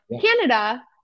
Canada